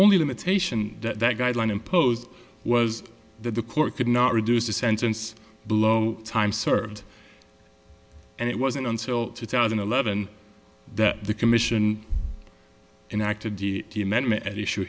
only limitation that guideline imposed was that the court could not reduce the sentence below time served and it wasn't until two thousand and eleven that the commission in acted at issue